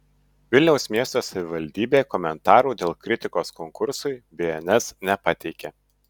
vilniaus miesto savivaldybė komentarų dėl kritikos konkursui bns nepateikė